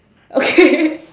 okay